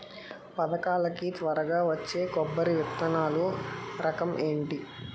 పథకాల కి త్వరగా వచ్చే కొబ్బరి విత్తనాలు రకం ఏంటి?